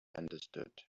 understood